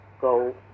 go